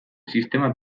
sistema